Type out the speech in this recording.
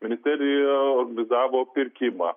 ministerija organizavo pirkimą